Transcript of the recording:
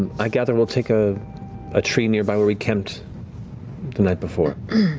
i gather we'll take a ah tree nearby where we camped the night before?